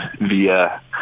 via